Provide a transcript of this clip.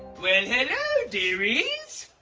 well, hello deary's!